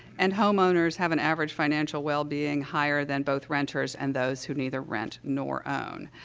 and homeowners have an average financial wellbeing higher than both renters and those who neither rent nor own.